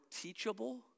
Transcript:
teachable